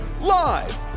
live